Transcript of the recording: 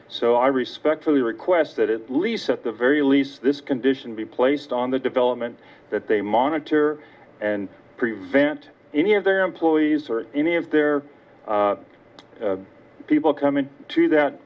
so i respectfully request that at least at the very least this condition be placed on the development that they monitor and prevent any of their employees or any of their people coming to that